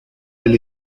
del